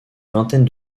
vingtaine